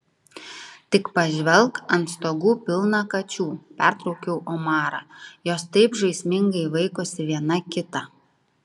tik pažvelk ant stogų pilna kačių pertraukiau omarą jos taip žaismingai vaikosi viena kitą